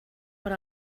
per